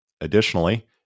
Additionally